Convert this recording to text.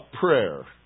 prayer